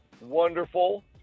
Wonderful